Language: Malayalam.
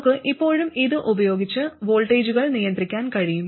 നമുക്ക് ഇപ്പോഴും ഇത് ഉപയോഗിച്ച് വോൾട്ടേജുകൾ നിയന്ത്രിക്കാൻ കഴിയും